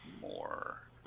more